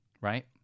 right